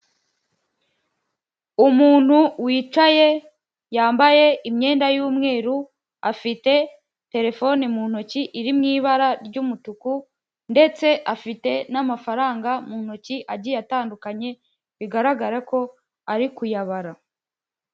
Umuntu wicaye yambaye imyenda y'umweru afite terefone mu ntoki iri mu ibara ry'umutuku ndetse afite n'amafaranga mu ntoki agiye atandukanye bigaragara ko ari kuyabara.